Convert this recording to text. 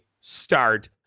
start